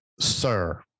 Sir